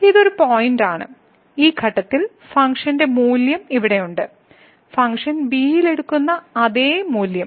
ഇത് ഒരു പോയിന്റാണ് ഈ ഘട്ടത്തിലെ ഫംഗ്ഷൻ മൂല്യം ഇവിടെയുണ്ട് ഫംഗ്ഷൻ b യിൽ എടുക്കുന്ന അതേ മൂല്യം